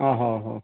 ଓ ହଉ ହଉ